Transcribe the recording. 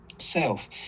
self